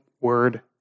word